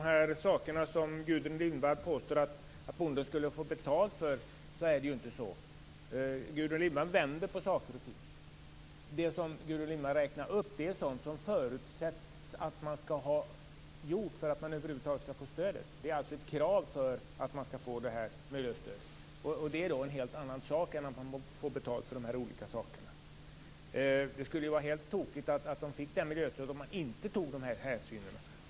Fru talman! Gudrun Lindvall påstår att bonden skulle få betalt för olika saker, men det är inte så. Gudrun Lindvall vänder på saker och ting. Det som hon räknar upp är sådant som det förutsätts att man skall ha gjort för att över huvud taget få stödet. Det är alltså ett krav för att man skall få detta miljöstöd. Det är en helt annan sak än att man får betalt för de olika sakerna. Det skulle ju vara helt tokigt om man fick detta miljöstöd utan att ta dessa hänsyn.